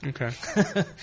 Okay